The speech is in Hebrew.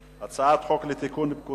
אני קובע שהצעת חוק עובדים זרים (תיקון מס'